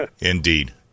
indeed